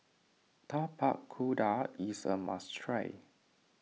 Tapak Kuda is a must try